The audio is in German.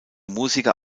musiker